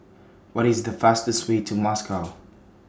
What IS The fastest Way to Moscow